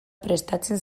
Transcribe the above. prestatzen